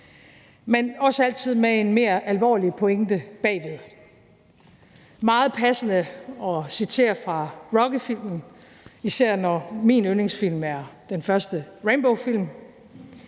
men også altid med en mere bagvedliggende alvorlig pointe, vil jeg sige, at det er meget passende at citere fra Rockyfilmen, især når min yndlingsfilm er den første Rambofilm.